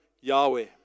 Yahweh